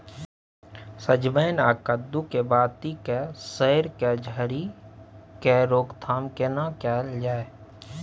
सजमैन आ कद्दू के बाती के सईर के झरि के रोकथाम केना कैल जाय?